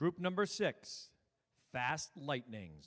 group number six fast lightning